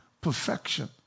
perfection